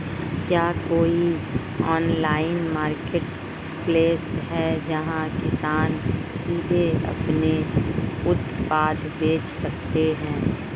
क्या कोई online marketplace है जहां किसान सीधे अपने उत्पाद बेच सकते हैं?